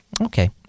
Okay